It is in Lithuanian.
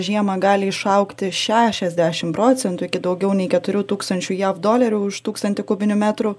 žiemą gali išaugti šešiasdešim procentų iki daugiau nei keturių tūkstančių jav dolerių už tūkstantį kubinių metrų